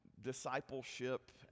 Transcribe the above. discipleship